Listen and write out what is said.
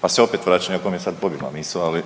Pa se opet vraćam iako mi je sad pobjegla misao,